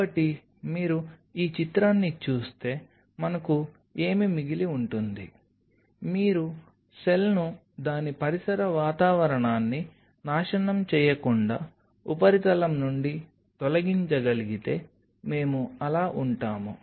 కాబట్టి మీరు ఈ చిత్రాన్ని చూస్తే మనకు ఏమి మిగిలి ఉంటుంది మీరు సెల్ను దాని పరిసర వాతావరణాన్ని నాశనం చేయకుండా ఉపరితలం నుండి తొలగించగలిగితే మేము అలా ఉంటాము